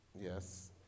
Yes